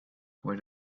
where